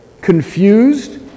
confused